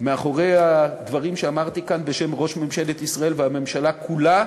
מאחורי הדברים שאמרתי כאן בשם ראש ממשלת ישראל והממשלה כולה,